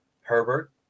herbert